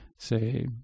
say